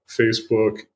Facebook